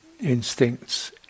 instincts